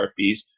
therapies